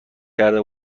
کرده